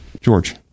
George